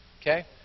Okay